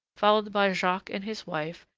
followed by jacques and his wife,